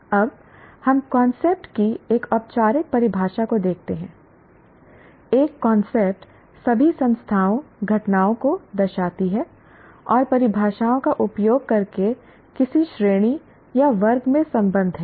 अब हम कांसेप्ट की एक औपचारिक परिभाषा को देखते हैं एक कांसेप्ट सभी संस्थाओं घटनाओं को दर्शाती है और परिभाषाओं का उपयोग करके किसी श्रेणी या वर्ग में संबंध हैं